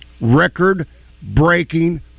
record-breaking